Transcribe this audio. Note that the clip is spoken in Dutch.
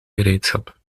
gereedschap